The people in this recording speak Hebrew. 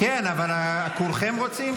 כן, אבל כולכם רוצים?